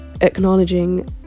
acknowledging